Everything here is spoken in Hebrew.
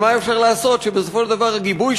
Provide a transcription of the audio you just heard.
אבל מה אפשר לעשות שבסופו של דבר גיבוי